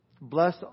Bless